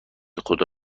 خودم